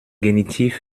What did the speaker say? genitiv